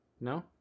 No